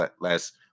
last